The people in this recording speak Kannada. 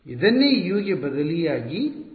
ಇದನ್ನೇ U ಗೆ ಬದಲಿಯಾಗಿ ಮಾಡಲಾಗುತ್ತಿದೆ